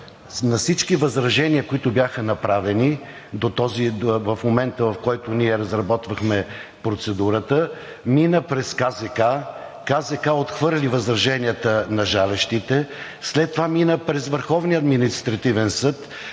на всички възражения, които бяха направени до момента, в който ние разработвахме процедурата – мина през КЗК, КЗК отхвърли възраженията на жалещите, след това мина през Върховния административен съд,